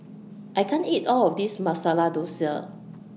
I can't eat All of This Masala Dosa